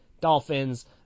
dolphins